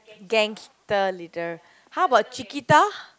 gangster leader how about Cheeketah